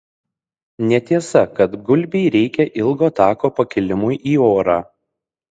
netiesa kad gulbei reikia ilgo tako pakilimui į orą